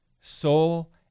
soul